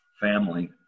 family